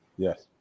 Yes